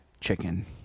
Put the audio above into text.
chicken